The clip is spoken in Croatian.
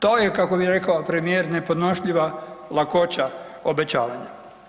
To je kako bi rekao premijer nepodnošljiva lakoća obećavanja.